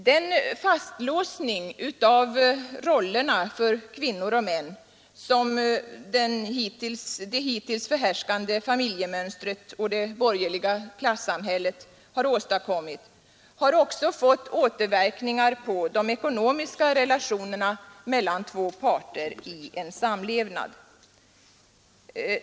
Den fastlåsning av rollerna för kvinnor och män som det hittills förhärskande familjemönstret och det borgerliga klassamhället åstadkommit har också fått återverkningar på de ekonomiska relationerna mellan två parter i en samlevnad.